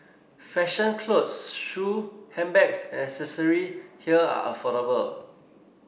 fashion clothes shoe handbags and accessory here are affordable